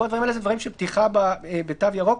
כל הדברים האלה הם של פתיחה בתו ירוק.